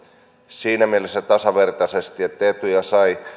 siinä mielessä tasavertaisesti miten etuja sai